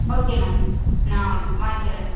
okay ma'am நான் வாங்கிக்கிறேன்